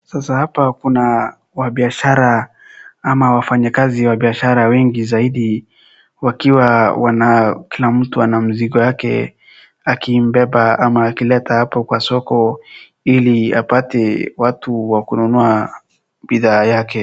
Sasa hapa kuna wanabiashara ama wafanyikazi wa biashara wengi zaidi wakiwa kila mtu wana mzigo yake akiibeba ama akiileta hapo kwa soko ili apate watu wa kununua bidhaa yake